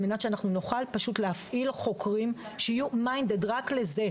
על מנת שאנחנו נוכל להפעיל חוקרים שיהיו רק לזה.